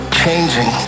changing